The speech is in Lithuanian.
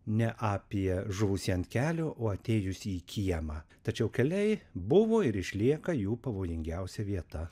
ne apie žuvusį ant kelio o atėjusį į kiemą tačiau keliai buvo ir išlieka jų pavojingiausia vieta